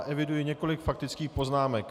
Eviduji několik faktických poznámek.